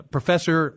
Professor